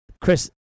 Chris